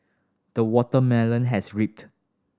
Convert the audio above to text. the watermelon has reaped